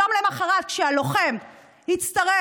יום למוחרת, כשהלוחם יצטרך